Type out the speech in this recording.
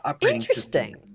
Interesting